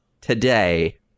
today